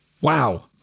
Wow